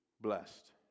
blessed